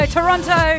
Toronto